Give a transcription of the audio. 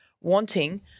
wanting